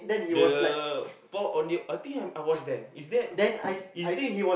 the four ondeh I think I am I was there is that is think